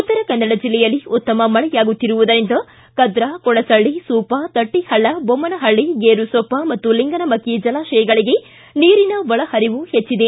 ಉತ್ತರಕನ್ನಡ ಜಿಲ್ಲೆಯಲ್ಲಿ ಉತ್ತಮ ಮಳೆಯಾಗುತ್ತಿರುವುದರಿಂದ ಕದ್ರಾ ಕೊಡಸಳ್ಳಿ ಸೂಪಾ ಶಟ್ಟಹಳ್ಳ ಬೊಮ್ನನಹಳ್ಳಿ ಗೇರುಸೊಪ್ಪ ಪಾಗೂ ಲಿಂಗನಮಕ್ಕಿ ಜಲಾಶಯಗಳಿಗೆ ನೀರಿನ ಒಳಹರಿವು ಹೆಚ್ಚಿದೆ